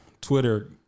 Twitter